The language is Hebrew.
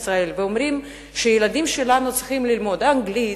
ישראל ואומרים שהילדים שלנו צריכים ללמוד אנגלית,